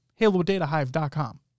HaloDataHive.com